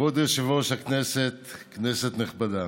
כבוד יושב-ראש הכנסת, כנסת נכבדה.